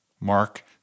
Mark